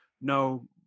no